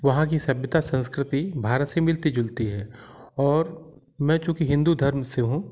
वहाँ कि सभ्यता संस्कृति भारत से मिलती जुलती है और मैं चूँकि हिन्दू धर्म से हूँ